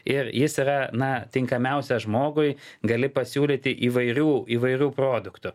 ir jis yra na tinkamiausias žmogui gali pasiūlyti įvairių įvairių produktų